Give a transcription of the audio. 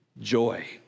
joy